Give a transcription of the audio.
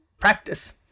practice